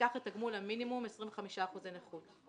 ניקח את תגמול המינימום, 25% נכות.